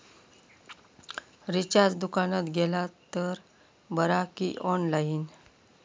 Recharge दुकानात केला तर बरा की ऑनलाइन?